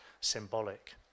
symbolic